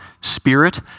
spirit